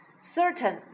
Certain